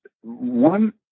one